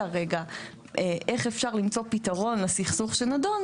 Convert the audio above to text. רגע איך אפשר למצוא פתרון לסכסוך שנדון,